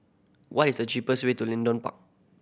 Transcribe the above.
what is the cheapest way to Leedon Park